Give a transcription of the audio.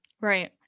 Right